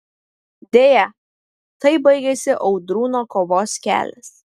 deja taip baigėsi audrūno kovos kelias